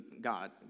God